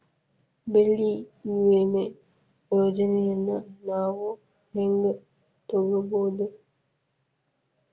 ಬೆಳಿ ವಿಮೆ ಯೋಜನೆನ ನಾವ್ ಹೆಂಗ್ ತೊಗೊಬೋದ್?